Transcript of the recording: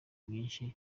nyinshi